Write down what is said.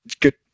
good